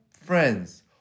friends